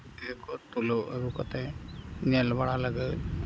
video ᱠᱚ ᱛᱩᱞᱟᱹᱣ ᱟᱹᱜᱩ ᱠᱟᱛᱮᱫ ᱧᱮᱞ ᱵᱟᱲᱟ ᱞᱟᱹᱜᱤᱫ